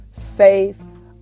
faith